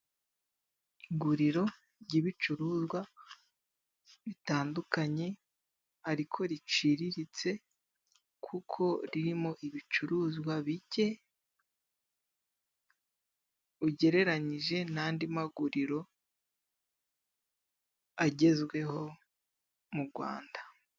Iguriro ry'ibicuruzwa bitandukanye ariko riciriritse, kuko ririmo ibicuruzwa bike, ugereranyije n'andi maguriro agezweho mu Gwanda.